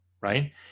right